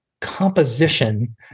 composition